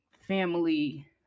family